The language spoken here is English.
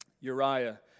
Uriah